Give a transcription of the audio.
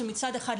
שמצד אחד,